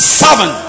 seven